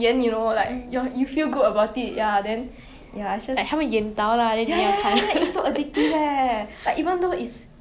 korean drama 真的是 like follow one plotline [one] it's really like the main character and then it's very cliche [one] it's always the